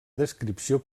descripció